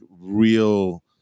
real